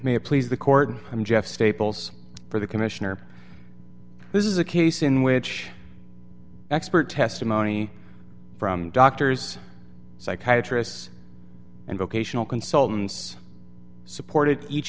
it please the court i'm jeff staples for the commissioner this is a case in which expert testimony from doctors psychiatrists and vocational consultants supported each